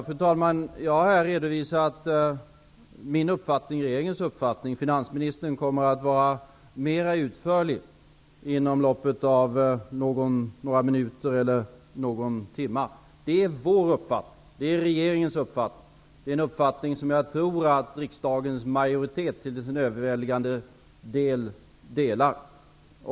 Fru talman! Jag har här redovisat min och regeringens uppfattning. Finansministern kommer att vara mera utförlig inom loppet av någon timme. Det är regeringens uppfattning, som jag tror att riksdagens majoritet till övervägande del delar.